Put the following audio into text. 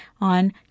on